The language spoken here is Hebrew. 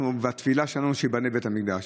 התפילה שלנו היא שייבנה בית המקדש.